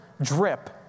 drip